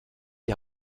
die